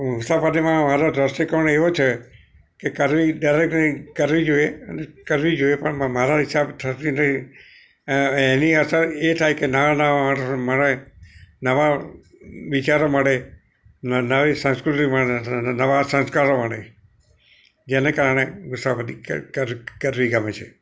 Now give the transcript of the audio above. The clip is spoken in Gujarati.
મુસાફરીમાં મારો દૃષ્ટિકોણ એવો છે કે કરવી દરેકને કરવી જોઈએ અને કરવી જોઈએ પણ મ મારા હિસાબ થતી નહીં એની અસર એ થાય કે નવા નવા માણસો મળે નવા વિચારો મળે નવી સંસ્કૃતિ મળે નવા સંસ્કારો મળે જેને કારણે મુસાફરી કરવી ગમે છે